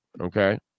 okay